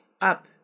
up